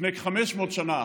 לפני כ-500 שנה,